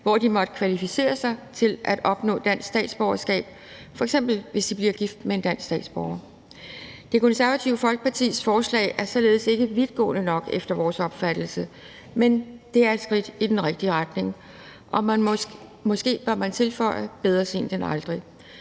hvor de måtte kvalificere sig til at opnå dansk statsborgerskab, f.eks. hvis de bliver gift med en dansk statsborger. Det Konservative Folkepartis forslag er således ikke vidtgående nok efter vores opfattelse, men det er et skridt i den rigtige retning, og måske bør man tilføje: Bedre sent end aldrig.